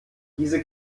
diese